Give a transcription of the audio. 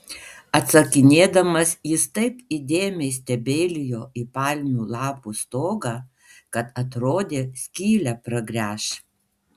atsakinėdamas jis taip įdėmiai stebeilijo į palmių lapų stogą kad atrodė skylę pragręš